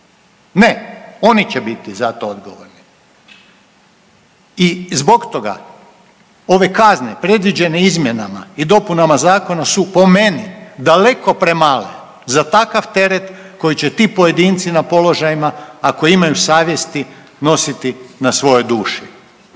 Ne, oni će biti za to odgovorni. I zbog toga ove kazne predviđene izmjenama i dopunama i zakona su po meni daleko premale za takav teret koji će ti pojedinci na položajima, ako imaju savjesti nositi na svojoj duši.